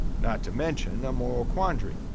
not to mention, a moral quandary.